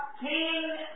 King